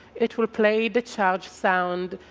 it will play the charge sound,